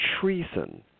treason